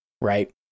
right